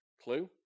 Clue